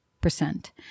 percent